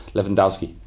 Lewandowski